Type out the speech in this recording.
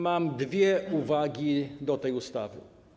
Mam dwie uwagi odnośnie do tej ustawy.